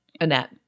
Annette